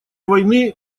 войны